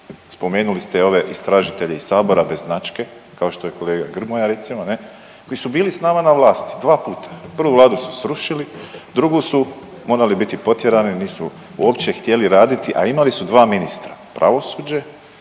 spomenuli ste ove istražitelje iz Sabora bez značke, kao što je kolega Grmoja recimo ne, koji su bili s nama na vlasti dva puta. Prvu vladu su srušili, drugu su morali biti potjerani nisu uopće htjeli raditi, a imali su dva ministra pravosuđe,